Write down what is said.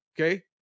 okay